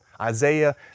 Isaiah